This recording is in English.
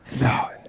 No